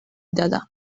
دادم